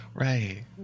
Right